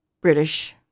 British